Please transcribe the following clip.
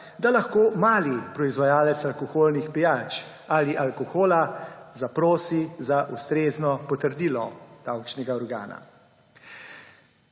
da lahko mali proizvajalec alkoholnih pijač ali alkohola zaprosi za ustrezno potrdilo davčnega organa.